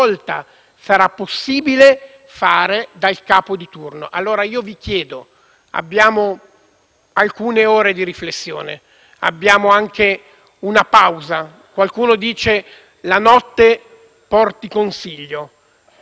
alcune ore di riflessione e una pausa. Qualcuno dice che la notte porta consiglio. Io vorrei che domani avvenisse un fatto sorprendente: che ci svegliassimo con un